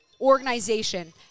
organization